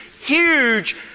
huge